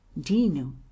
Dino